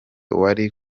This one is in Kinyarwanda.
wari